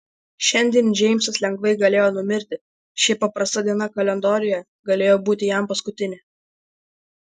šiandien džeimsas lengvai galėjo numirti ši paprasta diena kalendoriuje galėjo būti jam paskutinė